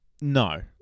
No